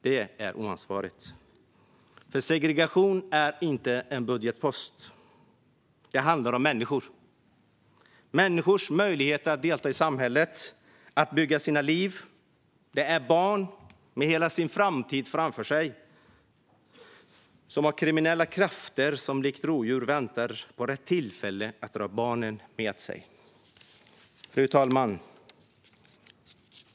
Det är oansvarigt. Segregation är inte en budgetpost. Det handlar om människors möjligheter att delta i samhället och att bygga sina liv. Det är fråga om barnen och deras framtid, där kriminella krafter väntar, likt rovdjur, på rätt tillfälle att dra barnen med sig. Fru talman!